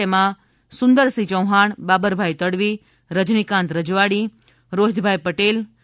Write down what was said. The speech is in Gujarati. તેમાં સુંદરસિંહ ચૌહાણ બાબરભાઇ તડવી રજનીકાંત રજવાડી રોહિતભાઇ પટેલ સ્વ